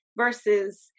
versus